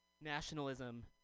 nationalism